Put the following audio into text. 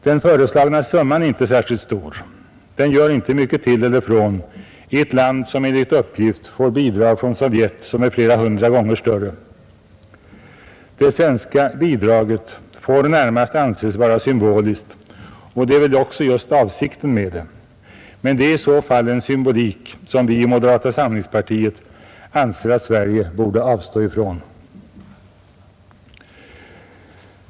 Den föreslagna summan är inte särskilt stor, den gör inte mycket till eller från i ett land som enligt uppgift får bidrag från Sovjet som är flera hundra gånger större. Det svenska bidraget får närmast anses vara symboliskt, och det är väl just också avsikten med det. Men det är i så fall en symbolik som vi i moderata samlingspartiet anser att Sverige borde avstå ifrån.